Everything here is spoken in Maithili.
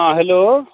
हँ हेलो